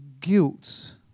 guilt